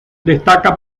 destaca